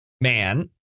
man